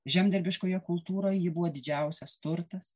žemdirbiškoje kultūroje ji buvo didžiausias turtas